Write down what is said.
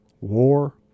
War